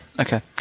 Okay